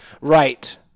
right